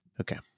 Okay